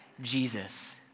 Jesus